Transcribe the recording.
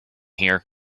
here